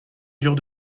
durent